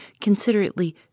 considerately